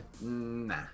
nah